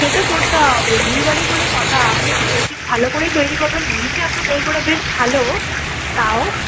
সে তো করতে হবে বিয়েবাড়ি বলে কথা আপনি একটু বেশি ভাল করেই তৈরি করবেন এমনিতেই আপনার দই বড়া বেশ ভালো তাও